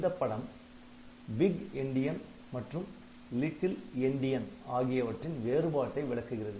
இந்தப் படம் big endian மற்றும் லிட்டில் என்டியன் ஆகியவற்றின் வேறுபாட்டை விளக்குகிறது